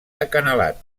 acanalat